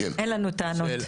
אין לנו טענות.